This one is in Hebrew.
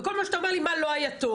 וכל מה שאתה אומר לי זה מה לא היה טוב.